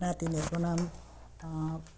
नातिनीहरूको नाम